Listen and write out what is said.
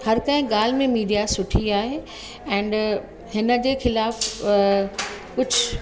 हर कंहिं ॻाल्हि में मिडिया सुठी आहे ऐंड हिनजे खिलाफ़ु कुझु